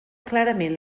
clarament